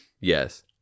Yes